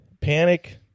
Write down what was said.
panic